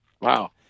wow